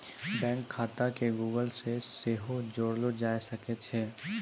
bank खाता के Google से सेहो जोड़लो जाय सकै छै